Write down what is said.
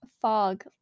fog